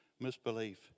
misbelief